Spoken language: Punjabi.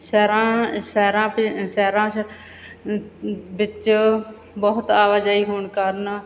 ਸ਼ਹਿਰਾਂ ਸ਼ਹਿਰਾਂ ਸ਼ਹਿਰਾਂ 'ਚ ਵਿੱਚ ਬਹੁਤ ਆਵਾਜਾਈ ਹੋਣ ਕਾਰਨ